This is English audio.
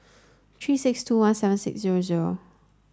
three six two one seven six zero zero